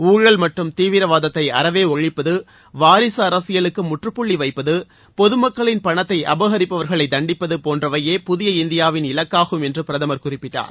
ஊழல் மற்றும் தீவிரவாதத்தை அறவே ஒழிப்பது வாரிசு அரசியலுக்கு முற்றுப்புள்ளி வைப்பது பொதுமக்களின் பணத்தை அபகரிப்பவர்களை தண்டிப்பது போன்றவையே புதிய இந்தியாவின் இலக்காகும் என்று பிரதமர் குறிப்பிட்டார்